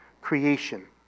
creation